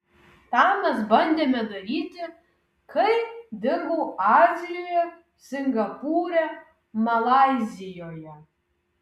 tą mes bandėme daryti kai dirbau azijoje singapūre malaizijoje